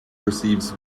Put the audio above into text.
receives